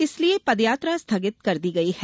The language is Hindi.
इस लिये पदयात्रा स्थगित कर दी गयी है